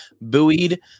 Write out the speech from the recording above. buoyed